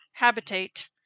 habitate